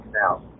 now